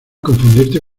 confundirte